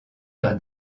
par